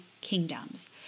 kingdoms